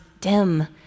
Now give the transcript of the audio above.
dim